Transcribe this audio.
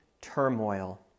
turmoil